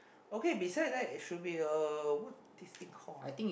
okay beside that is should be a what this thing called ah